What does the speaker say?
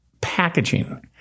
packaging